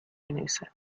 بنویسد